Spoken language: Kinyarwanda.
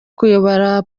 kuyobora